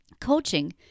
Coaching